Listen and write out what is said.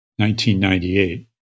1998